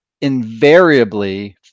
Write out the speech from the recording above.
invariably